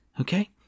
Okay